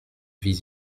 vies